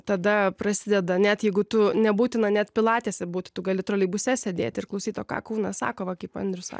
tada prasideda net jeigu tu nebūtina net pilatese būt tu gali troleibuse sėdėt ir klausyti to ką kūnas sako va kaip andrius